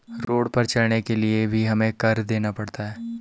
road पर चलने के लिए भी हमें कर देना पड़ता है